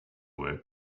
work